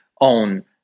own